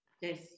Yes